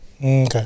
Okay